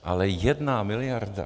Ale jedna miliarda?